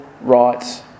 rights